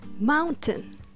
Mountain